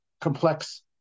complex